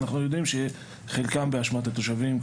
אנחנו יודעים שחלקן באשמת התושבים,